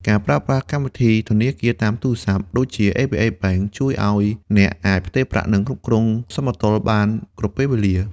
ការប្រើប្រាស់កម្មវិធីធនាគារតាមទូរស័ព្ទ ដូចជា ABA Bank ជួយឱ្យអ្នកអាចផ្ទេរប្រាក់ និងគ្រប់គ្រងសមតុល្យបានគ្រប់ពេលវេលា។